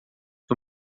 que